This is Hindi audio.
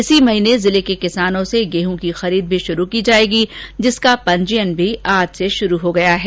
इसी महीने जिले के किसानों से गेंहू खरीद भी शुरू की जाएगी जिसका पंजीयन भी आज से शुरू हो गया है